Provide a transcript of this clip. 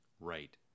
Right